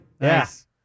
Yes